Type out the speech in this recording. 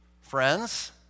friends